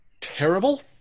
terrible